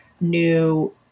new